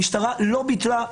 המשטרה לא ביטלה,